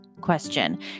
question